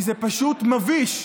כי זה פשוט מביש.